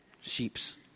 Sheeps